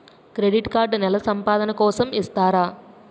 Credit card నెల సంపాదన కోసం ఇస్తారా?